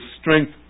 strength